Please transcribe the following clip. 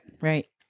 Right